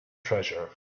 treasure